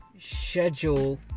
schedule